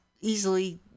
easily